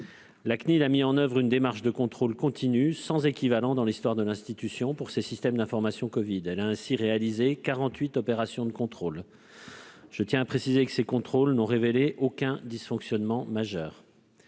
La CNIL a mis en oeuvre une démarche de contrôle continu sans équivalent dans l'histoire de l'institution pour les systèmes d'information covid. Elle a ainsi réalisé 48 opérations de contrôle, qui n'ont révélé aucun dysfonctionnement majeur.